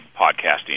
podcasting